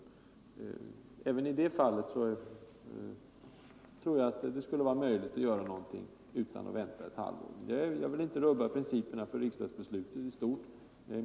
Även i det fallet tror jag det skulle vara möjligt att göra någonting utan att behöva vänta ett halvår. Jag vill med detta naturligtvis inte rubba principerna för riksdagsbesluten i stort.